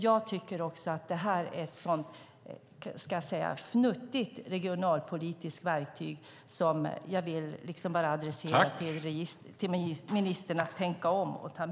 Jag tycker att det här ett så fnuttigt regionalpolitiskt verktyg, och jag vill adressera till ministern: Tänk om!